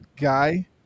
guy